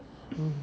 mm